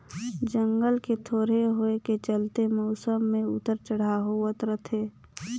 जंगल के थोरहें होए के चलते मउसम मे उतर चढ़ाव होवत रथे